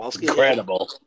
Incredible